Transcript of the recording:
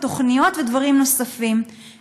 תוכניות ודברים נוספים,